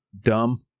dumb